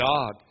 God